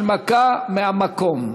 הנמקה מהמקום.